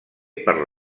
per